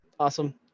Awesome